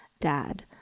dad